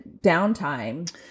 downtime